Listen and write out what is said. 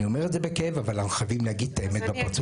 אני אומר את זה בכאב אבל חייבים להגיד את האמת בפרצוף.